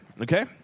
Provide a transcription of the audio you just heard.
okay